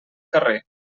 carrer